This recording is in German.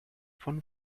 von